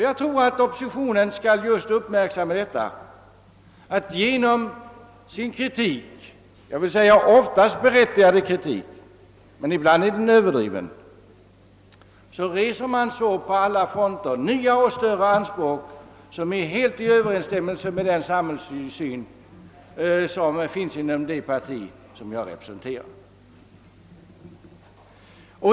Jag tror att oppositionen bör uppmärksamma detta, att den genom sin kritik — oftast berätti gad men ibland överdriven — reser på alla fronter nya och större anspråk som är helt i överensstämmelse med samhällssynen inom det parti som jag representerar.